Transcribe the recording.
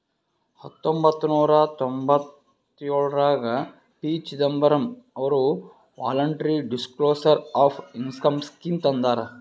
ಹತೊಂಬತ್ತ ನೂರಾ ತೊಂಭತ್ತಯೋಳ್ರಾಗ ಪಿ.ಚಿದಂಬರಂ ಅವರು voluntary disclosure of income scheme ತಂದಾರ